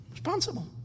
Responsible